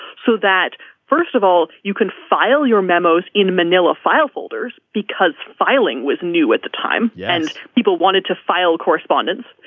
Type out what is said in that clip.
so that first of all you can file your memos in manila file folders because filing was new at the time yeah and people wanted to file correspondence.